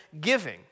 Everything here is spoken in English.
giving